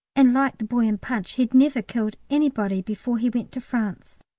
and like the boy in punch, he'd never killed anybody before he went to france.